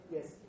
Yes